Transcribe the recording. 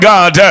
God